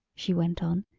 she went on,